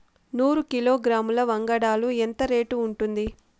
నూరు కిలోగ్రాముల వంగడాలు ఎంత రేటు ఉంటుంది?